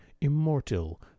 immortal